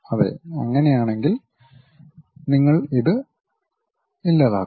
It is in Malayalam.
അതെ അങ്ങനെയാണെങ്കിൽ നിങ്ങൾ അത് ഇല്ലാതാക്കും